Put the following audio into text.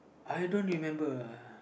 I don't remember uh